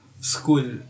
school